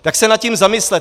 Tak se nad tím zamyslete.